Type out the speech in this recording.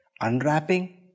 unwrapping